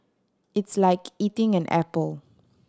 it's like eating an apple